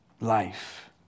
life